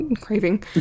Craving